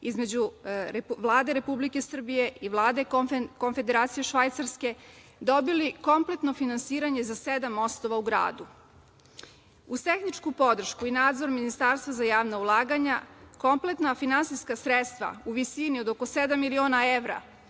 između Vlade Republike Srbije i Vlade Konfederacije Švajcarske dobili kompletno finansiranje za sedam mostova u gradu. Uz tehničku podršku i nadzor Ministarstva za javna ulaganja kompletna finansijska sredstva u visini oko sedam miliona evra